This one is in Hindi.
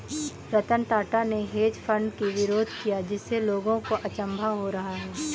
रतन टाटा ने हेज फंड की विरोध किया जिससे लोगों को अचंभा हो रहा है